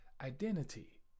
identity